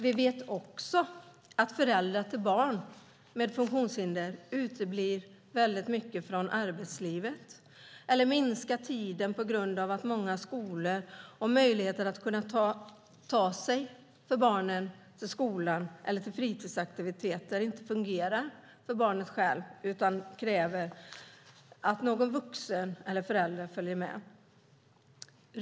Vi vet också att föräldrar till barn med funktionshinder uteblir mycket från arbetslivet eller minskar tiden på grund av att barnen inte har möjligheter att ta sig till skolan eller till fritidsaktiviteter själva. Det krävs att någon vuxen eller förälder följer med.